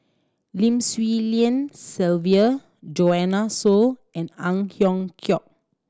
Lim Swee Lian Sylvia Joanne Soo and Ang Hiong Chiok